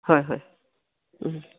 হয় হয়